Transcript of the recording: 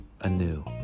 anew